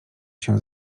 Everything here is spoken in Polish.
się